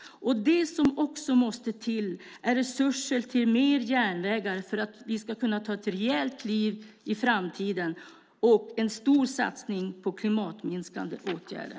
Och det som också måste till är resurser till mer järnvägar för att vi ska kunna ta ett rejält kliv i framtiden och göra en stor satsning på klimatminskande åtgärder.